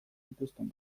dituzten